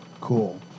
cool